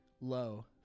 low